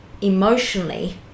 emotionally